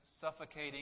suffocating